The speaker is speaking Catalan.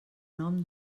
nom